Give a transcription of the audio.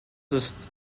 ist